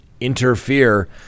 interfere